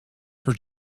her